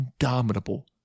indomitable